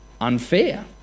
unfair